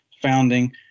founding